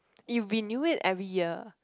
it renew it every year